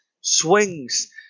swings